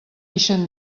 ixen